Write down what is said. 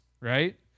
right